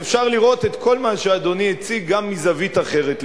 אפשר לראות את כל מה שאדוני הציג גם מזווית אחרת.